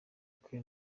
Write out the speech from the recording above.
kwe